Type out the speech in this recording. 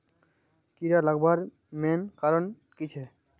कीड़ा लगवार मेन कारण की छे?